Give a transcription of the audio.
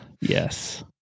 Yes